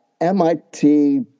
MIT